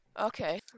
Okay